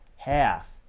half